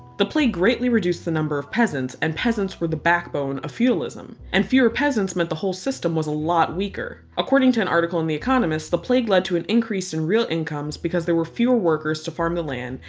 the plague greatly reduced the number of peasants and peasants were the backbone of feudalism. and fewer peasants meant the whole system was a lot weaker. according to an article in the economist, the plague lead to an increase in real incomes because there were fewer workers to farm the land,